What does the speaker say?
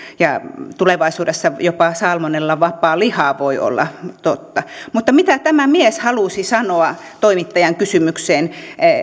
tulevaisuudessa jopa salmonellavapaa liha voi olla totta mutta mitä tämä mies halusi sanoa toimittajan kysymykseen